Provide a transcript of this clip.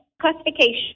classification